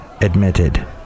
Admitted